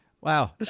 wow